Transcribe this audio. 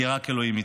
כי רק אלוהים איתה.